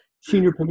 senior